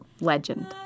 legend